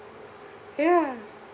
ya